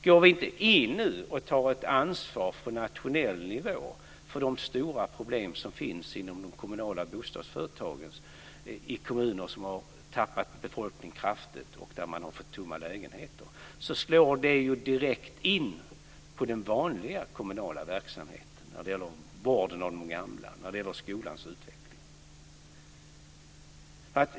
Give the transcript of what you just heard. Går vi inte in nu och tar ett ansvar på nationell nivå för de stora problem som finns inom de kommunala bostadsföretagen i kommuner som har tappat befolkning kraftigt och som har fått tomma lägenheter slår det ju direkt på de vanliga kommunala verksamheterna, när det gäller vården av de gamla och skolans utveckling.